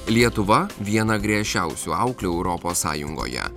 lietuva viena griežčiausių auklių europos sąjungoje